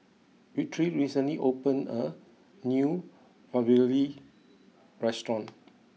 Victory recently opened a new Ravioli restaurant